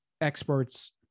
experts